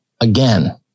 again